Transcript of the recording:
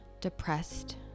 depressed